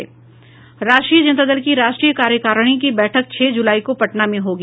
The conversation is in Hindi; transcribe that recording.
राष्ट्रीय जनता दल की राष्ट्रीय कार्यकारिणी की बैठक छह जुलाई को पटना में होगी